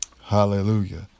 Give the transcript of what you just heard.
Hallelujah